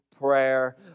prayer